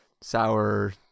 sour